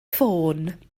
ffôn